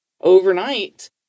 overnight